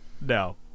no